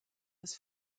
des